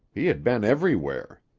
he had been everywhere.